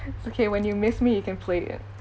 okay when you miss me you can play it